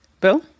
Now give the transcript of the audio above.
Bill